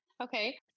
Okay